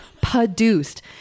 Produced